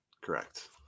Correct